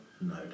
No